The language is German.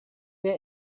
der